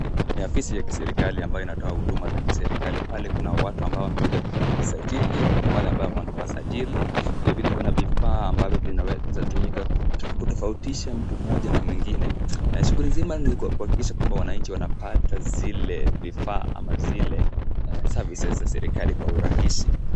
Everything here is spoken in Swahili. Ni afisi ya kiserikali ambayo inatoa huduma za kiserikali. Pale kuna watu ambao wamekuja kujisajili, kuna wale ambao wanawasajili. Vilevile kuna vifaa ambavyo vinaweza kutofautisha mtu mmoja na mwingine. Shughuli ni nzima ni kuhakikisha kwamba wananchi wanapata zile vifaa ama zile services za serikali kwa urahisi.